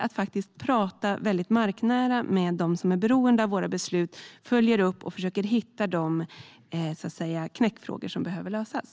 Vi måste prata väldigt marknära med dem som är beroende av våra beslut, följa upp och försöka hitta de knäckfrågor som behöver lösas.